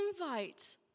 invite